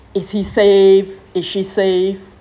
is he safe is she safe